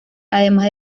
además